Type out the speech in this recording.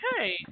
okay